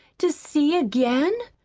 to see again?